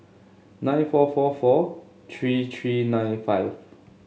nine four four four three three nine five